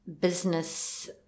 business